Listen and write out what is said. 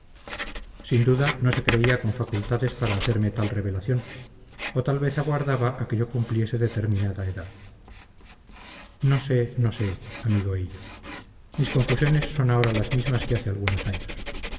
sin duda no se creía con facultades para hacerme tal revelación o tal vez aguardaba a que yo cumpliese determinada edad no sé no sé amigo hillo mis confusiones son ahora las mismas que hace algunos años